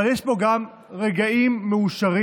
אבל יש פה גם רגעים מאושרים,